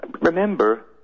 Remember